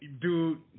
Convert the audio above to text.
dude